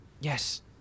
Yes